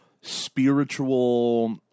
spiritual